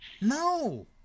No